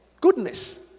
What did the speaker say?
goodness